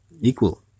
Equal